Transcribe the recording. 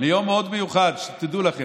זה יום מאוד מיוחד, שתדעו לכם.